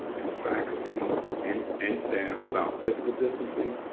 and faculty and and staff about physical distancing,